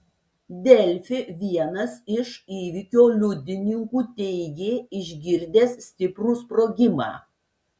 delfi vienas iš įvykio liudininkų teigė išgirdęs stiprų sprogimą